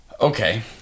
Okay